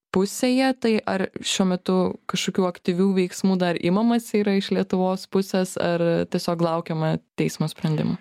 pusėje tai ar šiuo metu kažkokių aktyvių veiksmų dar imamasi yra iš lietuvos pusės ar tiesiog laukiame teismo sprendimo